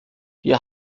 wir